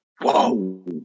Whoa